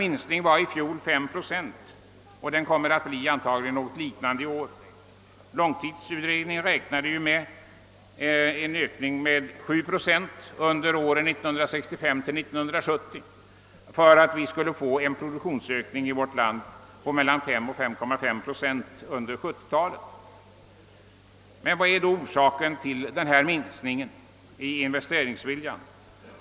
Minskningen uppgick i fjol till 5 procent och kommer i år förmodligen att bli av ungefär samma storleksordning. Långtidsutredningen räknade med en ökning av 7 procent under åren 1965—1970 för att produktionsökningen i vårt land under 1970 talet skulle uppgå till mellan 5 och 5,5 procent. Var är då orsaken till den minskade investeringsviljan?